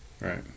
Right